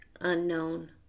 unknown